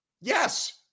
Yes